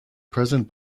present